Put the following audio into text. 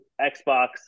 Xbox